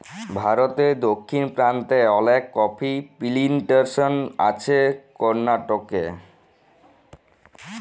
ভারতে দক্ষিণ পেরান্তে অলেক কফি পিলানটেসন আছে করনাটকে